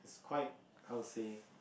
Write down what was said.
quite how to say